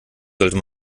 sollte